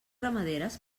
ramaderes